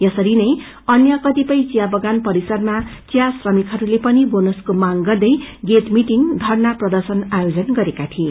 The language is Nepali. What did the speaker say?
यसरीनै अन्य कतिपय चिया बगान परिसरमा चिा श्रमिकहरूले पनि बोनसको मांग गर्दै गेट मिटिङ धर्ना प्रर्दशन आयोजन गरेका थिए